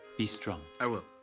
be strong. i will.